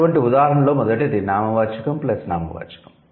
అటువంటి ఉదాహరణలలో మొదటిది నామవాచకం ప్లస్ నామవాచకం